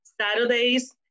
Saturdays